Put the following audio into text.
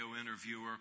interviewer